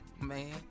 man